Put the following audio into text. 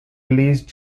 release